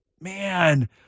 man